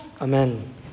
Amen